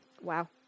Wow